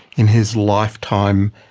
in his lifetime,